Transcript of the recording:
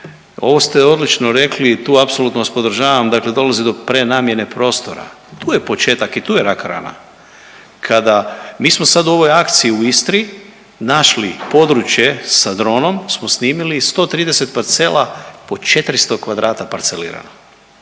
Ovo ste odlično rekli, tu apsolutno vas podržavam, dakle dolazi do prenamijene prostora, tu je početak i tu je rak rana, kada, mi smo sad u ovoj akciji u Istri našli područje, sa dronom smo snimili i 130 parcela po 400 kvadrata parcelirano,